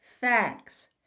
facts